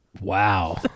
wow